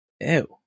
Ew